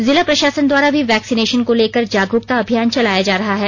जिला प्रशासन द्वारा भी वैक्सीनेशन को लेकर जागरूकता अभियान चलाया जा रहा है